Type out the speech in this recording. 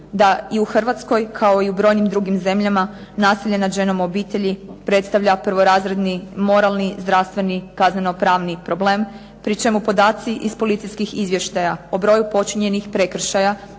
da i u Hrvatskoj, kao i u brojnim drugim zemljama nasilje nad ženama u obitelji predstavlja prvorazredni moralni, zdravstveni, kaznenopravni problem, pri čemu podaci iz policijskih izvještaja o broju počinjenih prekršaja,